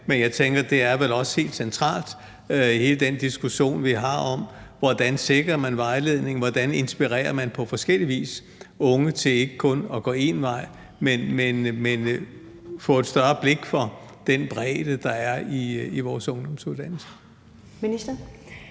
men jeg tænker, at det vel også er helt centralt i hele den diskussion, vi har, at vi ser på, hvordan man sikrer vejledningen, hvordan man på forskellig vis inspirerer unge til ikke kun at gå én vej, men få et større blik for den bredde, der er i vores ungdomsuddannelser. Kl.